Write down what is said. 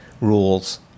rules